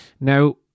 Now